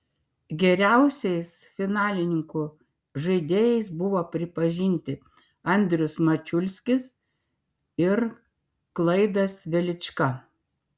geriausiais finalininkų žaidėjais buvo pripažinti andrius mačiulskis ir klaidas velička